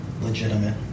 legitimate